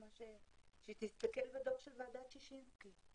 שהיא תסתכל בדוח של ועדת ששינסקי,